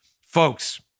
Folks